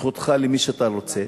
זכותך למי שאתה רוצה,